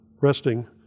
resting